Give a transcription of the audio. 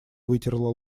вытерла